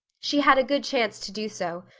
she had a good chance to do so,